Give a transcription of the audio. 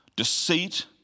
Deceit